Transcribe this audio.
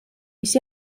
mis